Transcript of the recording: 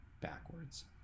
backwards